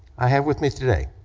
i have with me today,